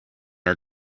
are